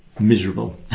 miserable